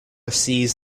sees